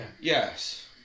Yes